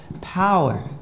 power